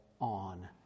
on